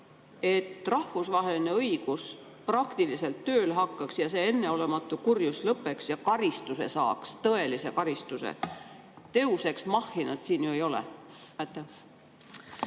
et rahvusvaheline õigus praktiliselt tööle hakkaks ja see enneolematu kurjus lõppeks ja karistuse saaks, tõelise karistuse. Deus ex machina't siin ju ei ole.